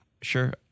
Sure